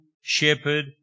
shepherd